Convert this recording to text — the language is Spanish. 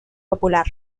popular